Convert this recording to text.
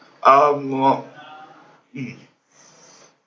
um what mm